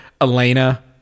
elena